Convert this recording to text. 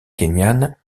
kényane